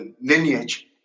lineage